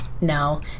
no